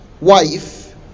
wife